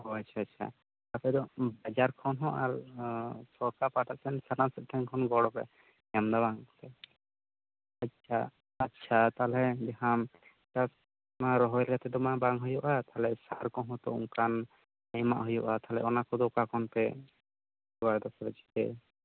ᱳ ᱟᱪᱪᱷᱟ ᱟᱪᱪᱷᱟ ᱟᱯᱮ ᱫᱚ ᱵᱟᱡᱟᱨ ᱠᱷᱚᱱ ᱦᱚᱸ ᱟᱨ ᱥᱚᱨᱠᱟᱨ ᱯᱟᱦᱟᱴᱟ ᱥᱮᱫ ᱥᱟᱱᱟᱢ ᱥᱮᱫᱠᱷᱚᱱ ᱜᱚᱲᱚ ᱯᱮ ᱧᱟᱢ ᱮᱫᱟ ᱵᱟᱝ ᱥᱮ ᱟᱪᱪᱷᱟ ᱟᱪᱪᱷᱟ ᱛᱟᱦᱚᱞᱮ ᱡᱟᱦᱟᱢ ᱨᱚᱦᱚᱭ ᱠᱟᱛᱮ ᱢᱟ ᱵᱟᱝ ᱦᱩᱭᱩᱜᱼᱟ ᱛᱟᱦᱚᱞᱮ ᱥᱟᱨ ᱠᱚᱦᱚᱸ ᱛᱚ ᱚᱱᱠᱟᱱ ᱮᱢᱚᱜ ᱦᱩᱭᱩᱜᱼᱟ ᱛᱟᱦᱚᱞᱮ ᱚᱱᱟ ᱠᱚᱫᱚ ᱚᱠᱟ ᱠᱷᱚᱱ ᱯᱮ ᱡᱚᱜᱟᱲ ᱮᱫᱟ ᱥᱮ ᱪᱤᱠᱟᱹ